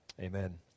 Amen